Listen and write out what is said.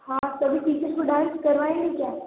हाँ सभी टीचर्स को डान्स करवाएंगे क्या